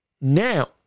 now